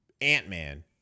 Ant-Man